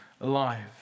alive